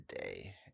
day